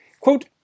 quote